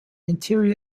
interior